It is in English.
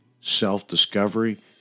self-discovery